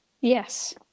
Yes